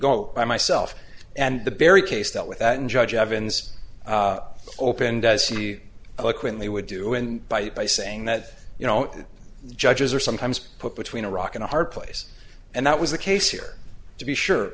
go by myself and the barry case that with and judge evans open does he like when they would do in by you by saying that you know judges are sometimes put between a rock and a hard place and that was the case here to be sure